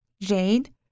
Jade